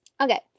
Okay